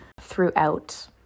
throughout